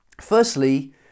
Firstly